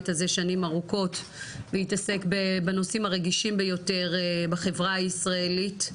הזה שנים ארוכות והתעסק בנושאים הרגישים ביותר בחברה הישראלית,